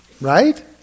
right